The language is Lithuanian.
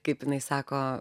kaip jinai sako